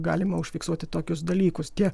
galima užfiksuoti tokius dalykus tie